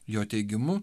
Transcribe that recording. jo teigimu